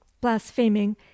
blaspheming